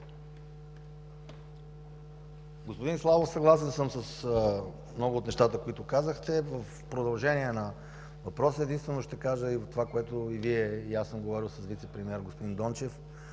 Господин Славов, съгласен съм с много от нещата, които казахте. В продължение на въпроса единствено ще кажа това – и Вие, и аз сме говорили с вицепремиера господин Дончев.